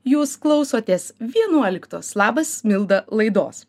jūs klausotės vienuoliktos labas milda laidos